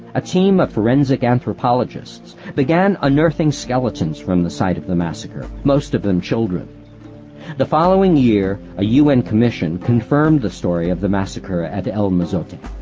a team of forensic anthropologists began unearthing skeletons from the site of the massacre, most of them children the following year a un commission confirmed the story of the massacre at el mozote.